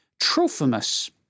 Trophimus